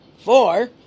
Four